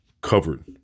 covered